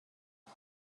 you